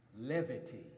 levity